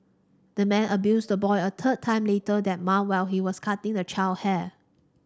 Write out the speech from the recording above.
the man abused the boy a third time later that month while he was cutting the child hair